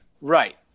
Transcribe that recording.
right